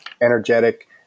energetic